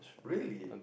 really